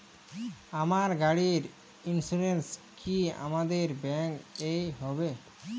আমার গাড়ির ইন্সুরেন্স কি আপনাদের ব্যাংক এ হবে?